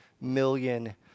million